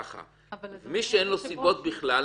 מי שאין לו סיבות בכלל,